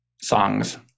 songs